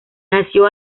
nació